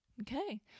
okay